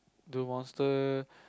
do monster